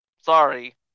Sorry